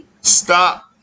Stop